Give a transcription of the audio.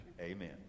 Amen